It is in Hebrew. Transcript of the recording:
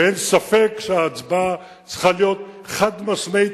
ואין ספק שההצבעה צריכה להיות חד-משמעית,